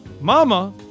Mama